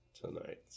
tonight